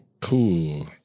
Cool